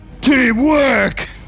Teamwork